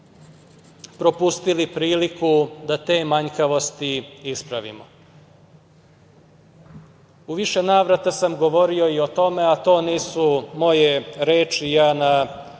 propustili priliku da te manjkavosti ispravimo.U više navrata sam govorio i o tome, a to nisu moje reči, ja na blaži